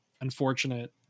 unfortunate